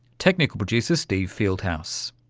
technical producer steve fieldhouse.